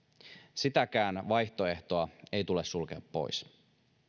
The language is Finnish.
sitäkään vaihtoehtoa ei tule sulkea pois